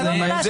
תנו לנו להשלים.